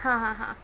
हां हां हां